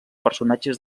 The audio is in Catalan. personatges